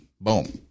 boom